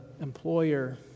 employer